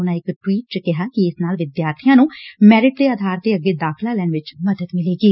ਉਨੂਾ ਇਕ ਟਵੀਟ ਵਿਚ ਕਿਹਾ ਕਿ ਇਸ ਨਾਲ ਵਿਦਿਆਰਥੀਆ ਨੂੰ ਮੈਰਿਟ ਦੇ ਆਧਾਰ ਤੇ ਅੱਗੇ ਦਾਖਲਾ ਲੈਣ ਵਿਚ ਮਦਦ ਮਿਲੇਗੀ